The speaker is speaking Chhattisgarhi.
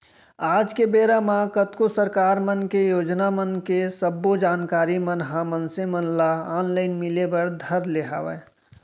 आज के बेरा म कतको सरकार मन के योजना मन के सब्बो जानकारी मन ह मनसे मन ल ऑनलाइन मिले बर धर ले हवय